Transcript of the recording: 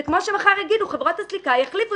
זה כמו שמחר יאמרו שחברות הסליקה החליפו